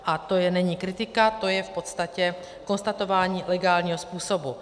A to není kritika, to je v podstatě konstatování legálního způsobu.